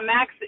Max